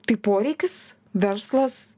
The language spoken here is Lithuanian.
tai poreikis verslas